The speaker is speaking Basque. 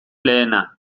lehena